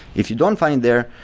if you don't find it there,